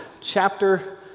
chapter